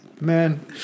Man